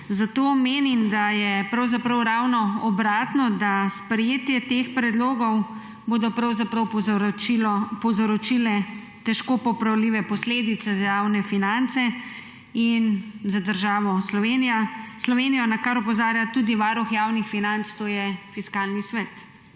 Zato menim, da je pravzaprav ravno obratno, da bo sprejetje teh predlogov povzročilo težko popravljive posledice za javne finance in za državo Slovenijo, na kar opozarja tudi varuh javnih financ, to je Fiskalni svet.